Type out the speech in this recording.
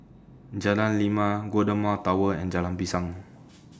Jalan Lima Golden Mile Tower and Jalan Pisang